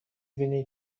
بینی